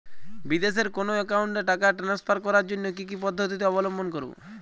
বিদেশের কোনো অ্যাকাউন্টে টাকা ট্রান্সফার করার জন্য কী কী পদ্ধতি অবলম্বন করব?